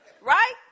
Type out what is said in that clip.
Right